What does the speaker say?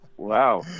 Wow